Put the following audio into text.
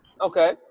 Okay